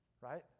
right